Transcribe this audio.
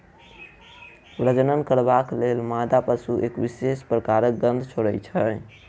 प्रजनन करबाक लेल मादा पशु एक विशेष प्रकारक गंध छोड़ैत छै